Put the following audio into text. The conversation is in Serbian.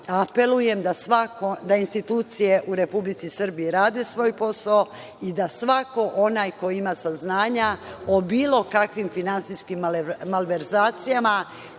apelujem da institucije u Republici Srbiji rade svoj posao i da svako ko ima saznanja o bilo kakvim finansijskim malverzacijama